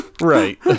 Right